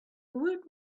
woot